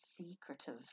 secretive